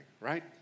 right